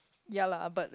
yea lah but